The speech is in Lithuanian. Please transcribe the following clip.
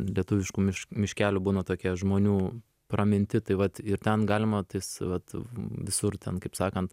lietuviškų miš miškelių būna tokie žmonių praminti tai vat ir ten galima tais vat visur ten kaip sakant